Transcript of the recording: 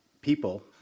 people